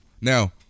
Now